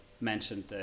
mentioned